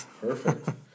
Perfect